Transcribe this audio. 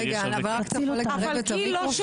חבר הכנסת ארבל אמר שזה לא חוק